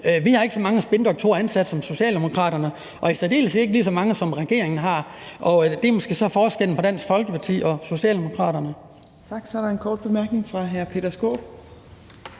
Vi har ikke så mange spindoktorer ansat som Socialdemokraterne og i særdeleshed ikke lige så mange, som regeringen har. Og det er måske så forskellen på Dansk Folkeparti og Socialdemokraterne.